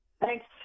thanks